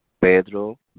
Pedro